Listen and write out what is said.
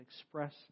express